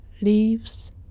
leaves